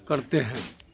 کرتے ہیں